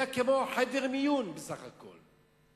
היה כמו חדר מיון בסך הכול,